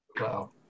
Wow